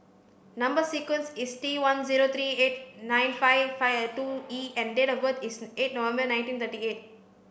number sequence is T one zero three eight nine five five two E and date of birth is eight November nineteen thirty eight